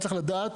צריך לדעת,